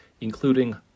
including